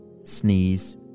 sneeze